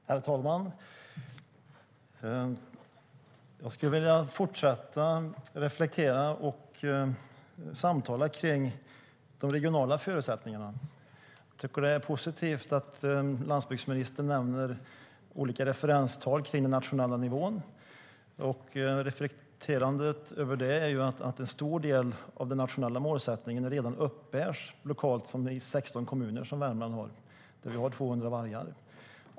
Herr talman! Jag skulle vilja fortsätta reflektera över och samtala kring de regionala förutsättningarna. Det är positivt att landsbygdsministern nämner olika referenstal beträffande den nationella nivån. Min reflexion är att en stor del av den nationella målsättningen redan uppnås lokalt i Värmlands 16 kommuner där vi har 200 vargar.